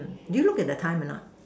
do you look at the time or not